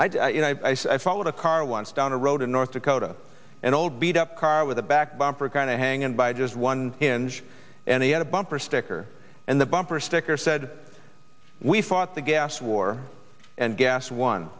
know i followed a car once down a road in north dakota an old beat up car with a back bumper kind of hanging by just one engine and he had a bumper sticker and the bumper sticker said we fought the gas war and gas won